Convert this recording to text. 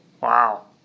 Wow